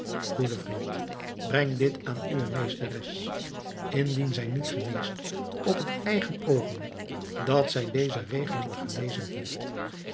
goede vriend breng dit aan uwe meesteres indien zij niet geneest op het eigen oogenblik dat zij deze regelen gelezen heeft